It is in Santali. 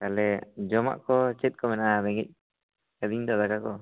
ᱛᱟᱦᱚᱞᱮ ᱡᱚᱢᱟᱜ ᱠᱚ ᱪᱮᱫ ᱠᱚ ᱢᱮᱱᱟᱜᱼᱟ ᱨᱮᱸᱜᱮᱡ ᱠᱟᱫᱤᱧ ᱫᱚ ᱫᱟᱠᱟ ᱠᱚ